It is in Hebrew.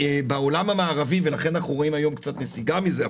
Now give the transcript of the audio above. בעולם המערבי ולכן אנחנו רואים היום קצת נסיגה מזה,